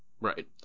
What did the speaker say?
Right